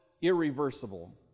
irreversible